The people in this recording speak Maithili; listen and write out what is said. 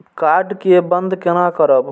कार्ड के बन्द केना करब?